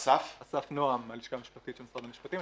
אסף נועם מהלשכה המשפטית של משרד המשפטים.